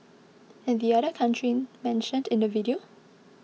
and the other country mentioned in the video